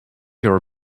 your